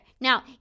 Now